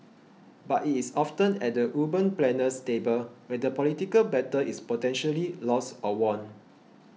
but it is often at the urban planner's table where the political battle is potentially lost or won